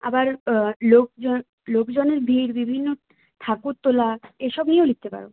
আবার লোকজন লোকজনের ভিড় বিভিন্ন ঠাকুর তোলা এসব নিয়েও লিখতে পারো